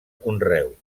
conreu